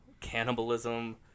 cannibalism